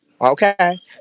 Okay